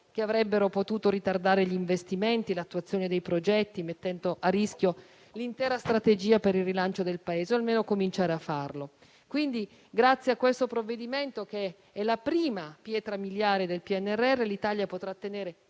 che avrebbero potuto ritardare gli investimenti, l'attuazione dei progetti, mettendo a rischio l'intera strategia per il rilancio del Paese o almeno cominciare a farlo. Grazie a questo provvedimento, che è la prima pietra miliare del PNRR, l'Italia potrà ottenere